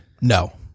No